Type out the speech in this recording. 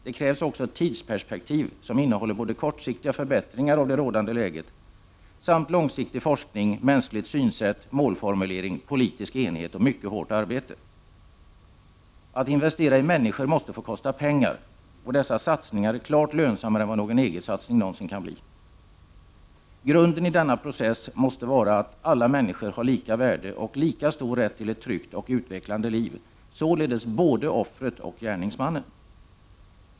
Det krävs också ett tidsperspektiv, som innehåller både kortsiktiga förbättringar av det rådande läget samt lång siktig forskning, mänskligt synsätt, målformulering, politisk enighet och mycket hårt arbete. Att investera i människor måste få kosta pengar, och dessa satsningar är klart lönsammare än vad en EG-satsning någonsin kan bli. Grunden i denna process måste vara att alla människor har lika värde och lika stor rätt till ett tryggt och utvecklande liv — således både offret och gärningsmannen.